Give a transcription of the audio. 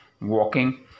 walking